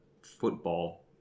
football